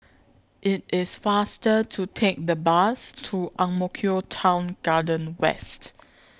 IT IS faster to Take The Bus to Ang Mo Kio Town Garden West